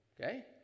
Okay